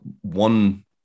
One